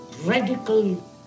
radical